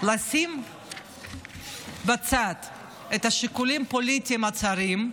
לשים בצד את השיקולים הפוליטיים הצרים,